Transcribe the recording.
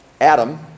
Adam